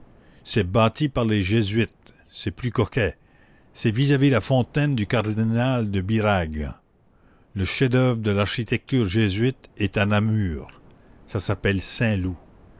c'est bâti par les jésuites c'est plus coquet c'est vis-à-vis la fontaine du cardinal de birague le chef-d'oeuvre de l'architecture jésuite est à namur ça s'appelle saint loup